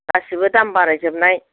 गासैबो दाम बारायजोबनाय